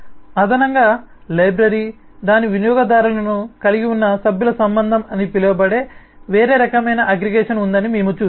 అదనంగా లైబ్రరీ దాని వినియోగదారులను కలిగి ఉన్న సభ్యుల సంబంధం అని పిలవబడే వేరే రకమైన అగ్రిగేషన్ ఉందని మేము చూశాము